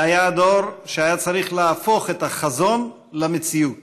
זה היה הדור שהיה צריך להפוך את החזון למציאות,